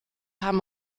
haben